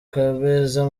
kabeza